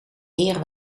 meer